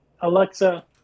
Alexa